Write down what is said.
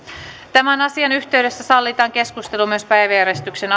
tämän asian yhteydessä sallitaan keskustelu myös päiväjärjestyksen